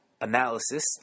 analysis